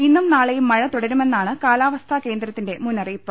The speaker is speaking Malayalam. ഇന്നും നാളെയും മഴ തുടരുമെന്നാണ് കാലാവസ്ഥാകേന്ദ്രത്തിന്റെ മുന്നറിയിപ്പ്